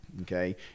okay